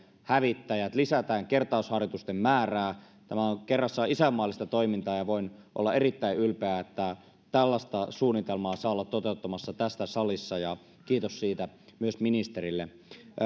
hävittäjät puolustusvoimille lisäämme kertausharjoitusten määrää tämä on kerrassaan isänmaallista toimintaa ja voin olla erittäin ylpeä että tällaista suunnitelmaa saa olla toteuttamassa tässä salissa ja kiitos siitä myös ministerille